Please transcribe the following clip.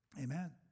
Amen